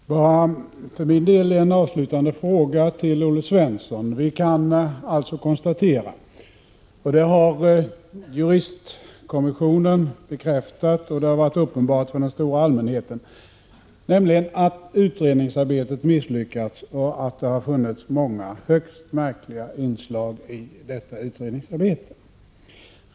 Prot. 1986/87:127 Herr talman! För min del vill jag ställa en avslutande fråga till Olle 20 maj 1987 Svensson. G fond Vi kan alltså konstatera — detta har juristkommissionen bekräftat och det er BASERA har varit uppenbart för den stora allmänheten — att utredningsarbetet FRANS UORSKCUIO TIA misslyckats och att det har funnits många högst märkliga inslag i utredningsage arbetet.